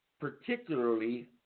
particularly